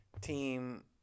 team